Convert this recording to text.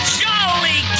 jolly